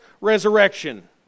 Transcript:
resurrection